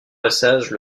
passages